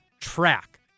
track